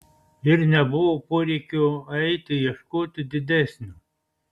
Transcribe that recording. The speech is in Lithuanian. ir nebuvo poreikio eiti ieškoti didesnio